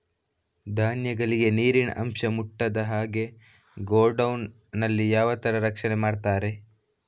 ಧಾನ್ಯಗಳಿಗೆ ನೀರಿನ ಅಂಶ ಮುಟ್ಟದ ಹಾಗೆ ಗೋಡೌನ್ ನಲ್ಲಿ ಯಾವ ತರ ರಕ್ಷಣೆ ಮಾಡ್ತಾರೆ?